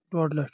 ڈۄڈ لَچھ